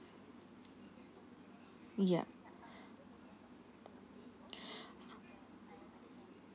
ya